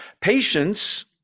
Patience